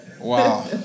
wow